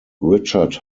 richard